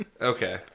okay